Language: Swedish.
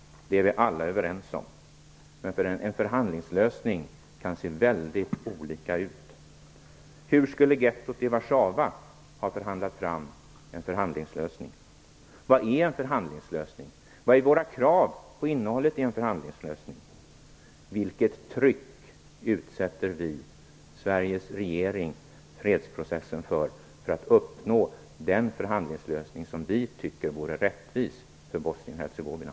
Det är vi alla överens om. Men förhandlingslösningar kan se väldigt olika ut. Hur skulle gettot i Warszawa ha förhandlat fram en förhandlingslösning? Vad är en förhandlingslösning? Vad är våra krav på innehållet i en förhandlingslösning? Vilket tryck utsätter vi och Sveriges regering fredsprocessen för för att uppnå den förhandlingslösning som vi tycker vore rättvis för Bosnien Hercegovina?